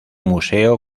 museo